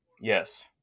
Yes